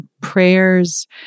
prayers